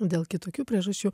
dėl kitokių priežasčių